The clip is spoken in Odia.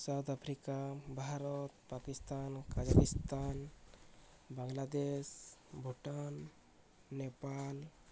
south Africa Bharat Pakistan Kazakhstan Bangladesh Bhutan Nepal